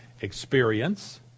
experience